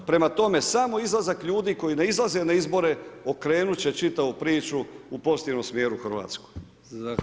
Prema tome, samo izlazak ljudi koji ne izlaze na izbore okrenut će čitavu priču u pozitivnom smjeru Hrvatsku.